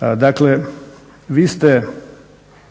Dakle,